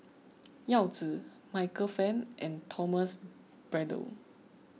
Yao Zi Michael Fam and Thomas Braddell